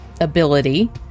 ability